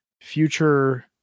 future